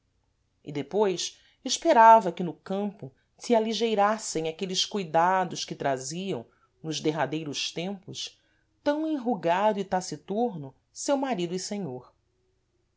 e depois esperava que no campo se aligeirassem aqueles cuidados que traziam nos derradeiros tempos tam enrugado e taciturno seu marido e senhor